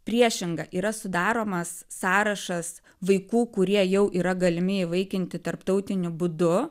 priešinga yra sudaromas sąrašas vaikų kurie jau yra galimi įvaikinti tarptautiniu būdu